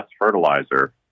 fertilizer